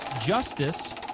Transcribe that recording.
justice